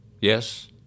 Yes